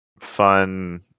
fun